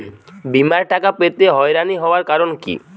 বিমার টাকা পেতে হয়রানি হওয়ার কারণ কি?